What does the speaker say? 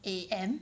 A_M